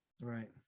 Right